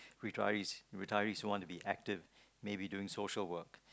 retirees retirees who want to be active maybe doing social work